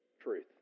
Truth